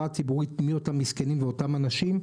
הציבורית מי אותם מסכנים ואותם אנשים,